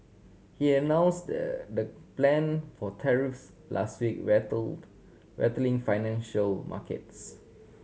he announced the plan for tariffs last week rattled rattling financial markets